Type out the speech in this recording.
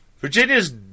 Virginia's